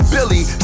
Billy